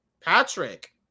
Patrick